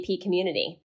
community